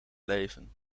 leven